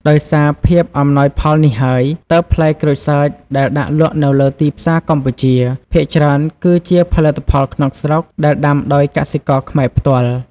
ដោយសារភាពអំណោយផលនេះហើយ ទើបផ្លែក្រូចសើចដែលដាក់លក់នៅលើទីផ្សារកម្ពុជា ភាគច្រើនគឺជាផលិតផលក្នុងស្រុក ដែលដាំដោយកសិករខ្មែរផ្ទាល់។